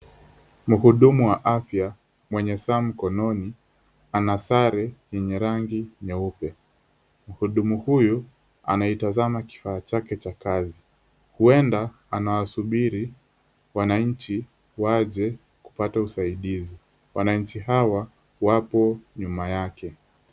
Mhudumu wa afya mwenye saa mkononi ana sare yenye rangi nyeupe. Mhudumu huyu anaitazama kifaa chake cha kazi, huenda anawasubiri wananchi waje kupata usaidizi. Wananchi hawa wapo nyuma yake.